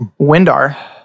Windar